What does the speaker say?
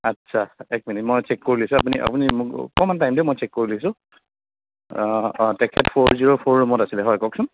আচ্ছা এক মিনিট মই চেক কৰি লৈছো আপুনি আপুনি মোক অকণমান টাইম দিয়ক মই চেক কৰি লৈছো অ' অ' তেখেত ফ'ৰ জিৰ' ফ'ৰ ৰুমত আছিলে হয় কওকচোন